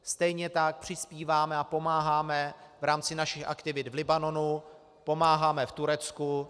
Stejně tak přispíváme a pomáháme v rámci našich aktivit v Libanonu, pomáháme v Turecku.